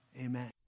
Amen